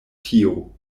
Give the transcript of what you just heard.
tio